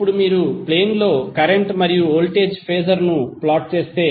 ఇప్పుడు మీరు ప్లేన్ లో కరెంట్ మరియు వోల్టేజ్ ఫేజర్ ను ప్లాట్ చేస్తే